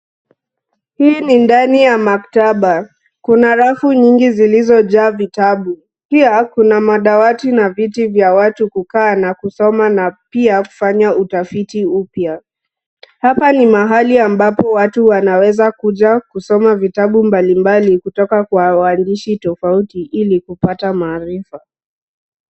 Hii ni ndani ya maktaba, Kuna rafu nyingi zilizojaa vitabu. Pia kuna madawati na viti ya watu kukaa na kusoma na pia kufanya utafiti upya. Hapa ni mahali ambapo watu wanaweza kuja kusoma vitabu mbalimbali kutoka kwa waandishi tofauti ili kupata maarifa.